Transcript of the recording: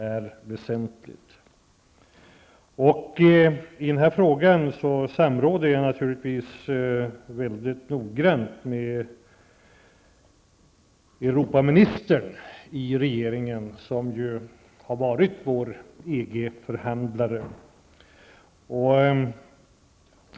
När det gäller denna fråga samråder jag naturligtvis väldigt grundligt med regeringens Europaminister, som ju har varit vår EG-förhandlare.